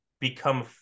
become